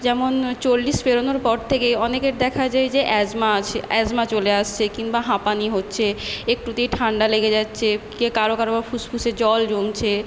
যেমন চল্লিশ পেরোনোর পর থেকেই অনেকের দেখা যায় যে অ্যাসমা আছে অ্যাসমা চলে আসছে কিংবা হাঁপানি হচ্ছে একটুতেই ঠান্ডা লেগে যাচ্ছে কে কারো কারো ফুসফুসে জল জমছে